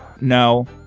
No